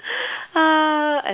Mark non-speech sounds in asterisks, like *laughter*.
*noise*